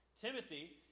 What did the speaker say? Timothy